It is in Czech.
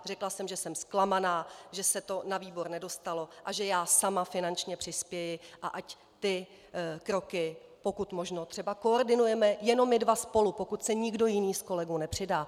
Řekla jsem, že jsem zklamaná, že se to na výbor nedostalo a že já sama finančně přispěji a ať ty kroky pokud možno třeba koordinujeme jenom my dva spolu, pokud se nikdo jiný z kolegů nepřidá.